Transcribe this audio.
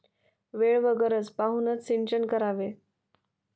वेळ व गरज पाहूनच सिंचन करावे